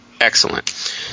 excellent